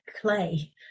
clay